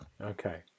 Okay